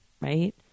right